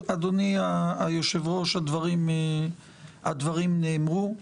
אדוני היושב-ראש, הדברים נאמרו.